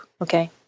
okay